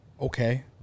okay